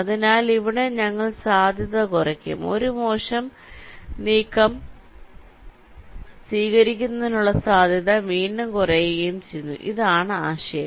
അതിനാൽ ഇവിടെ ഞങ്ങൾ സാധ്യത കുറയ്ക്കും ഒരു മോശം നീക്കം സ്വീകരിക്കുന്നതിനുള്ള സാധ്യത വീണ്ടും കുറയുകയും ചെയ്യുന്നു ഇതാണ് ആശയം